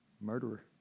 Murderer